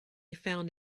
found